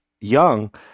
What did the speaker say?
young